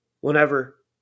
whenever